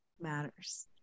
matters